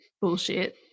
bullshit